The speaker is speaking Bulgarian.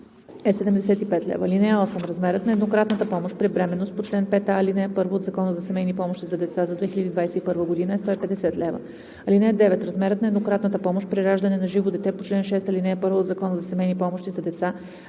е 75 лв. (8) Размерът на еднократната помощ при бременност по чл. 5а, ал. 1 от Закона за семейни помощи за деца за 2021 г. е 150 лв. (9) Размерът на еднократната помощ при раждане на живо дете по чл. 6, ал. 1 от Закона за семейни помощи за деца